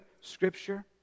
Scripture